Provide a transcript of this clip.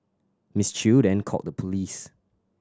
Miss Chew then called the police